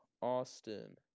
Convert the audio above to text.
Austin